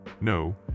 no